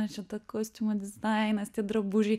na čia to kostiumo dizainas tie drabužiai